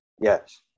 Yes